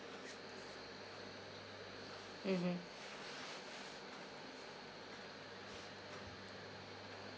mmhmm